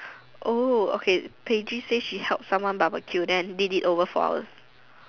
oh okay Paige say she help someone barbecue then did it over for ours